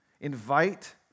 Invite